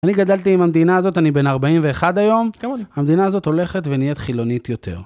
אני גדלתי עם המדינה הזאת, אני בן ארבעים ואחד היום. אתם יודעים. המדינה הזאת הולכת ונהיית חילונית יותר.